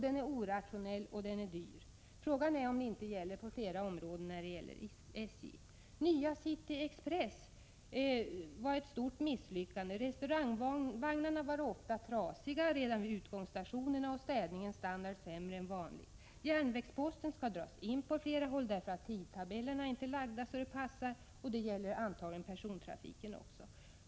Den är orationell och dyr. Frågan är om det inte gäller fler områden inom SJ. Nya City Express var ett stort misslyckande. Restaurangvagnarna var ofta trasiga redan vid utgångsstationerna och städningens standard sämre än vanligt. Järnvägsposten skall dras in på flera håll, därför att tidtabellerna inte är lagda så att de passar. Detsamma gäller antagligen persontrafiken också.